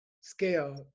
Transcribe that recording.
scale